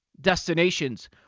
destinations